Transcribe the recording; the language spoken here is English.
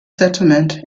settlement